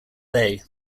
bay